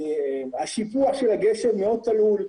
השיפוע של הגשר מאוד תלול.